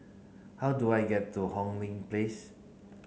how do I get to Hong Lee Place